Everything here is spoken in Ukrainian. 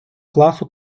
класу